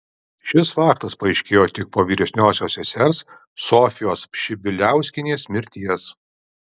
šis faktas paaiškėjo tik po vyresniosios sesers sofijos pšibiliauskienės mirties